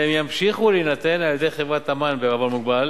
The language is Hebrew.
והם ימשיכו להינתן על-ידי חברת "אמן בע"מ",